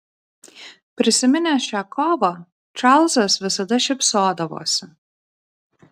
prisiminęs šią kovą čarlzas visada šypsodavosi